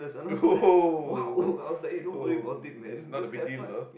oh oh it's not a big deal ah